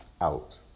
out